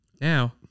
Now